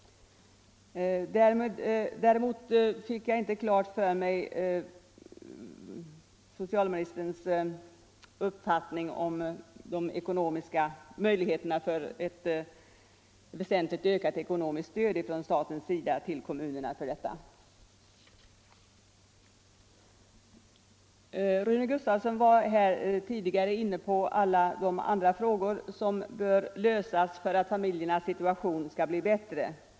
Däremot fick jag inte klart för mig socialministerns uppfattning om de ekonomiska möjligheterna för ett väsentligt ökat ekonomiskt stöd från staten till kommunerna för denna utbyggnad. Rune Gustavsson var här tidigare inne på alla de andra problem som bör lösas för att familjernas situation skall bli bättre.